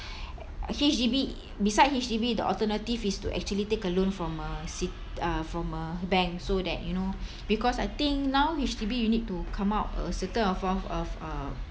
H_D_B beside H_D_B the alternative is to actually take a loan from a s~ uh from a bank so that you know because I think now H_D_B you need to come out a certain amount of uh